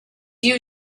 you